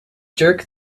jerk